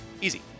Easy